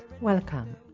welcome